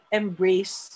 embrace